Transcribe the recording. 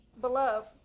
beloved